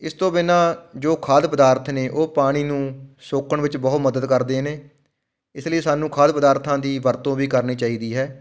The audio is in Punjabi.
ਇਸ ਤੋਂ ਬਿਨਾ ਜੋ ਖਾਦ ਪਦਾਰਥ ਨੇ ਉਹ ਪਾਣੀ ਨੂੰ ਸੋਖਣ ਵਿੱਚ ਬਹੁਤ ਮਦਦ ਕਰਦੇ ਨੇ ਇਸ ਲਈ ਸਾਨੂੰ ਖਾਦ ਪਦਾਰਥਾਂ ਦੀ ਵਰਤੋਂ ਵੀ ਕਰਨੀ ਚਾਹੀਦੀ ਹੈ